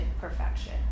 perfection